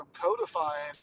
codifying